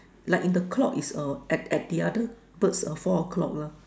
like in the clock is uh at at the other birds of four o-clock leh